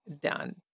done